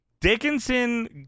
dickinson